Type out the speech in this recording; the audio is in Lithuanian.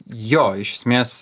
jo iš esmės